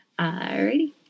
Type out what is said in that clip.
Alrighty